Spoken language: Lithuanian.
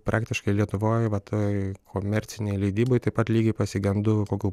praktiškai lietuvoj va toj komercinėj leidyboj taip pat lygiai pasigendu kokių